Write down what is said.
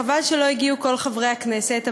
חבל שלא הגיעו כל חברי הכנסת,